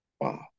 Wow